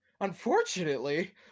Unfortunately